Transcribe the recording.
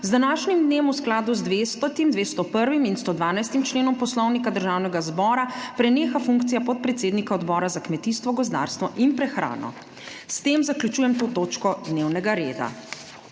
Z današnjim dnem v skladu z 200., 201. in 112. členom Poslovnika Državnega zbora preneha funkcija podpredsednika Odbora za kmetijstvo, gozdarstvo in prehrano. S tem zaključujem to točko dnevnega reda.